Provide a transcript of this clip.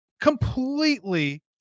completely